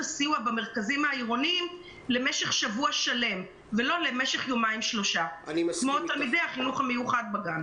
הסיוע במרכזים העירוניים למשך שבוע שלהם כמו תלמידי החינוך המיוחד בגן.